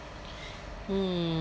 mm